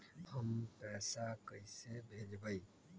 हम पैसा कईसे भेजबई?